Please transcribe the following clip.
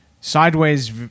sideways